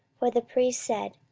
for the priest said,